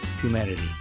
Humanity